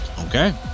Okay